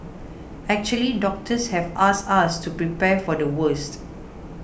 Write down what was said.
actually doctors have asked us to prepare for the worst